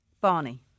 Barney